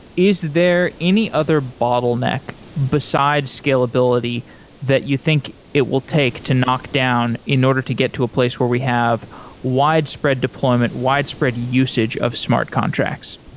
is there any other bottleneck besides scalability that you think it will take to knock down in order to get to a place where we have widespread deployment, widespread usage of smart contracts?